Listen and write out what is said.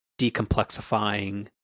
decomplexifying